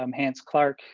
um hans clark